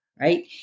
right